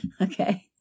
okay